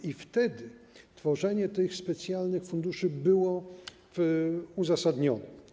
I wtedy tworzenie tych specjalnych funduszy było uzasadnione.